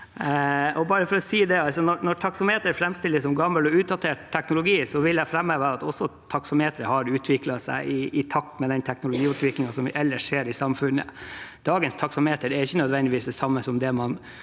Når taksameteret framstilles som gammel og utdatert teknologi, vil jeg framheve at taksameteret har utviklet seg i takt med den teknologiutviklingen som vi el lers ser i samfunnet. Dagens taksameter er ikke nødvendigvis det samme som det man